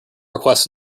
requests